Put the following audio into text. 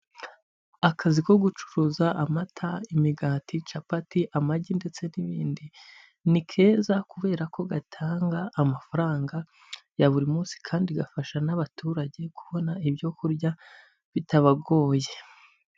Akazi ko gucuruza amata, imigati, capati, amagi ndetse n'ibindi ni keza kubera ko gatanga amafaranga ya buri munsi kandi gafasha n'abaturage kubona ibyo kurya bitabagoye.